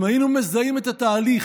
אם היינו מזהים את התהליך